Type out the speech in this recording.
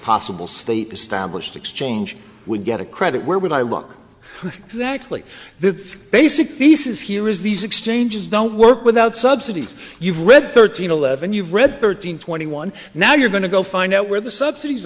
possible state established exchange would get a credit where would i look exactly the basic thesis here is these exchanges don't work without subsidies you've read thirteen eleven you've read thirteen twenty one now you're going to go find out where the subsidies